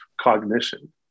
cognition